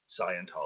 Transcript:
Scientology